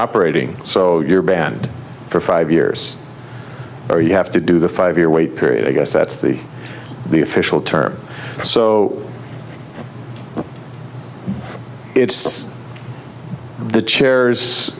operating so you're banned for five years or you have to do the five year wait period i guess that's the the official term so it's the chairs